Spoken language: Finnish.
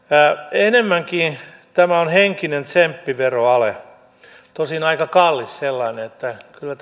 enemmänkin tämä on henkinen tsemppiveroale tosin aika kallis sellainen kyllä